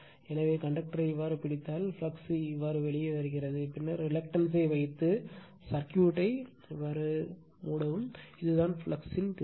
எனவே கண்டக்டரைப் பிடித்தால் ஃப்ளக்ஸ் வெளியே வருகிறது பின்னர் ரிலக்டன்ஸ் ஐ வைத்து சர்க்யூட் மூடவும் இதுதான் ஃப்ளக்ஸ் இன் திசை